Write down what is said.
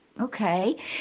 Okay